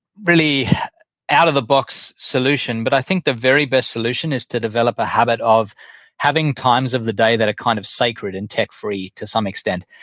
really out of the books solution, but i think the very best solution is to develop a habit of having times of the day that are kind of sacred and tech-free to some extent.